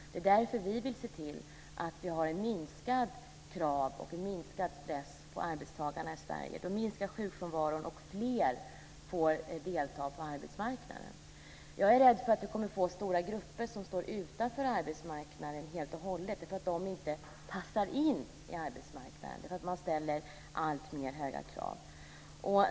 Vi vill därför se till att få lägre krav och minskad stress på arbetstagarna i Sverige. Då minskar sjukfrånvaron, och fler får delta på arbetsmarknaden. Jag är rädd för att vi får stora grupper som helt och hållet kommer att stå utanför arbetsmarknaden, därför att de inte passar in på arbetsmarknaden, där man ställer allt högre krav.